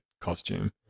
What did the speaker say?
costume